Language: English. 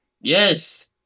Yes